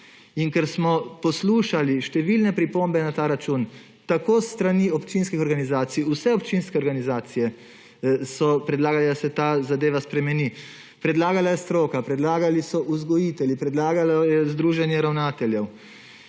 In ker smo poslušali številne pripombe na ta račun tako s strani občinskih organizacij, vse občinske organizacije so predlagale, da se ta zadeva spremeni, predlagala je stroka, predlagali so jo vzgojitelji, predlagala jo je združenje ravnateljev